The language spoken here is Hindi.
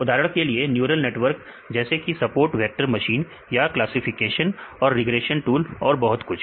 उदाहरण के लिए न्यूरल नेटवर्क जैसे कि सपोर्ट वेक्टर मशीन या क्लासिफिकेशन और रिग्रेशन टूल्स और भी बहुत कुछ